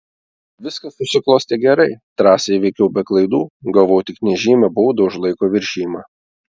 viskas susiklostė gerai trasą įveikiau be klaidų gavau tik nežymią baudą už laiko viršijimą